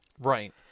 Right